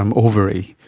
um ovary,